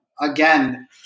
again